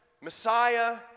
Messiah